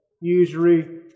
usury